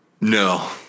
No